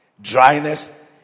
dryness